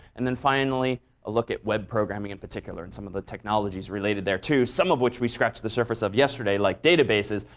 and then finally a look at web programming in particular and some of the technologies related there too, some of which we scratched the surface of yesterday like databases,